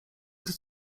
gdy